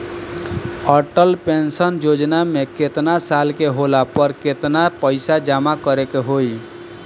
Atal pension Yojana मे केतना साल के होला पर केतना पईसा जमा करे के होई?